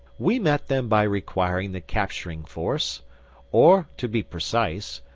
we met them by requiring the capturing force or, to be precise,